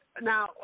Now